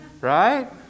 Right